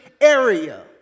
area